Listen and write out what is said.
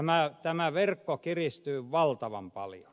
tämä verkko kiristyy valtavan paljon